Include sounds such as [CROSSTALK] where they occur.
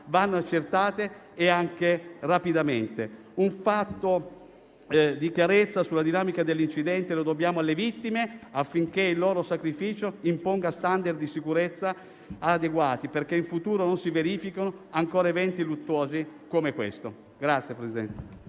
vanno accertate e anche rapidamente. Un fatto di chiarezza sulla dinamica dell'incidente lo dobbiamo alle vittime, affinché il loro sacrificio imponga *standard* di sicurezza adeguati perché in futuro non si verifichino ancora eventi luttuosi come questo. [APPLAUSE]